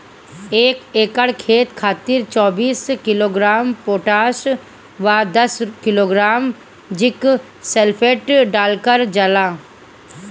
एक एकड़ खेत खातिर चौबीस किलोग्राम पोटाश व दस किलोग्राम जिंक सल्फेट डालल जाला?